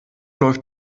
läuft